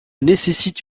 nécessite